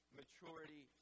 maturity